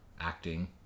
acting